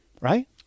Right